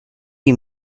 you